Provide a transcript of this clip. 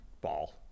ball